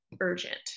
urgent